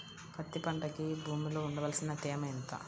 పత్తి పంటకు భూమిలో ఉండవలసిన తేమ ఎంత?